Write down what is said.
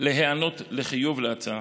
להיענות בחיוב להצעה,